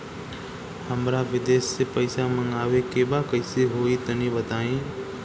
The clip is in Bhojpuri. हमरा विदेश से पईसा मंगावे के बा कइसे होई तनि बताई?